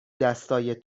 دستای